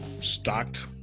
stocked